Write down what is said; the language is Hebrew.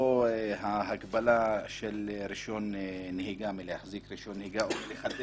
או הגבלה מהחזקת רישיון נהיגה או חידושו.